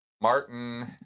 Martin